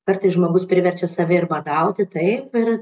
kartais žmogus priverčia save ir badauti taip ir